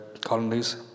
colonies